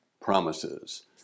promises